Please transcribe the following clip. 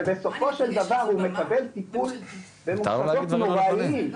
ובסופו של דבר הוא מקבל טיפול במוסדות נוראיים --- מה אני מתרגשת?